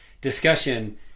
discussion